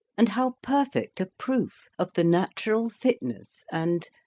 and how perfect a proof of the natural fitness and,